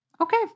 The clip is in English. Okay